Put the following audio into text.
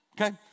okay